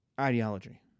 ideology